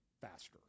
faster